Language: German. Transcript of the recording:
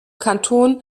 kanton